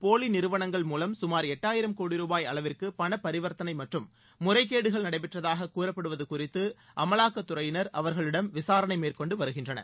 போலி நிறுவனங்கள் மூலம் சுமார் எட்டாயிரம் கோடி ரூபாய் அளவிற்கு பணப்பரிவர்த்தனை மற்றும் முறைகேடுகள் நடைபெற்றதாக கூறப்படுவது குறித்து அமலாக்கத்துறையினர் அவர்களிடம் விசாரணை மேற்கொண்டு வருகின்றனர்